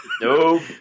Nope